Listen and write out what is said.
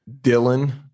Dylan